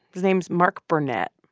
his name's mark burnett.